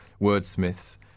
wordsmiths